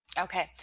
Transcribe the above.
Okay